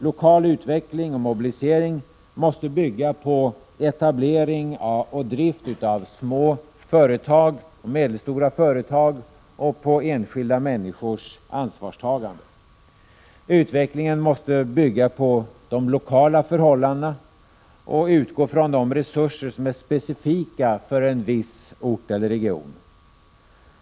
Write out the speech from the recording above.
Lokal utveckling och mobilisering måste bygga på etablering och drift av små och medelstora företag och på enskilda människors ansvarstagande. Utvecklingen måste bygga på de lokala förhållandena och utgå från de resurser som är specifika för en viss ort eller region.